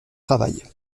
travail